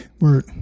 word